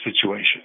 situation